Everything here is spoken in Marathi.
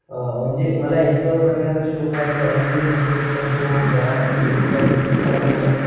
म्हणजे मला एक्सप्लोर करण्याचा शौक आहे चॅलेंजेस अॅक्सेप्ट करतो घरापासून दूर राहायची इच्छा पण आहे